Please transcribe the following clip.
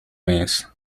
mes